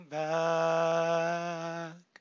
back